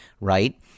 right